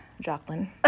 Jocelyn